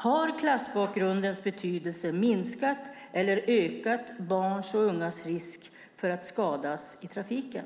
Har klassbakgrundens betydelse minskat eller ökat barns och ungas risk att skadas i trafiken?